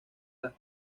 las